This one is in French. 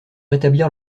rétablir